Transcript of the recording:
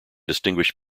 distinguished